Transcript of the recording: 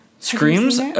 Screams